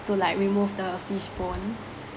to like remove the fishbone